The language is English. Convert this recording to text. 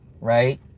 right